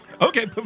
Okay